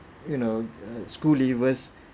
you know err school leavers